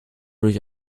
durch